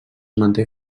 manté